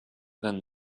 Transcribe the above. than